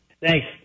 Thanks